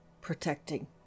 protecting